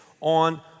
on